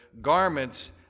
garments